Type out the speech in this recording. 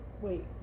wait